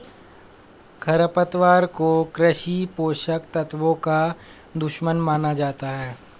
खरपतवार को कृषि पोषक तत्वों का दुश्मन माना जाता है